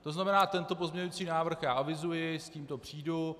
To znamená, tento pozměňující návrh já avizuji, s tímto přijdu.